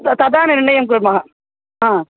त तदा निर्णयं कुर्मः हा